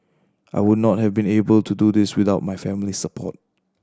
I would not have been able to do this without my family's support